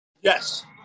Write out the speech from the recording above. Yes